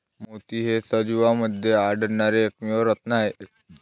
मोती हे सजीवांमध्ये आढळणारे एकमेव रत्न आहेत